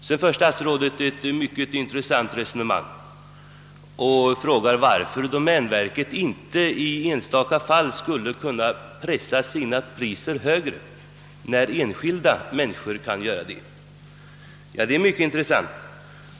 Statsrådet för sedan ett mycket intressant resonemang och frågar varför domänverket inte i enstaka fall skulle kunna pressa upp sina priser när enskilda människor kan göra det. Detta är mycket intressant.